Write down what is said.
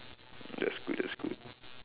that's good that's good